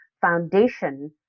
foundation